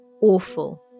awful